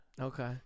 Okay